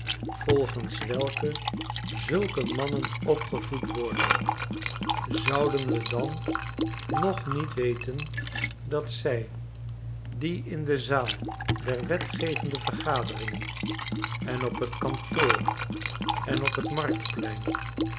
volgenswelke zulke mannen opgevoed worden zouden we dan nog niet weten dat zij die in de zaal der wetgevende vergaderingen en op t kantoor en op t marktplein